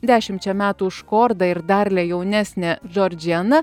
dešimčia metų už kordą ir darlė jaunesnė džordžiana